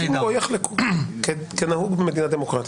יסכימו או יחלקו, כנהוג במדינה דמוקרטית.